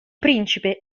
principe